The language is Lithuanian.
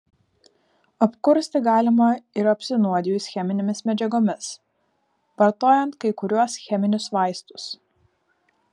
apkursti galima ir apsinuodijus cheminėmis medžiagomis vartojant kai kuriuos cheminius vaistus